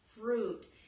fruit